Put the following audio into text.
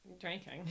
drinking